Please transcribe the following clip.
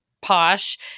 posh